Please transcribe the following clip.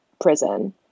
prison